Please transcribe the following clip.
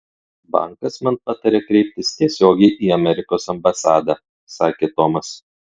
bankas man patarė kreiptis tiesiogiai į amerikos ambasadą sakė tomas